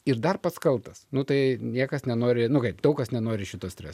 ir dar pats kaltas nu tai niekas nenori nu kaip daug kas nenori šito streso